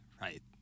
Right